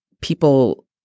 people